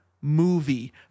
movie